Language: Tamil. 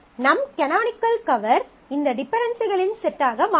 நம் கனானிக்கல் கவர் இந்த டிபென்டென்சிகளின் செட்டாக மாறும்